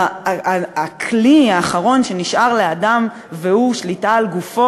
הכלי האחרון שנשאר לאדם והוא שליטה על גופו,